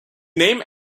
name